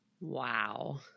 wow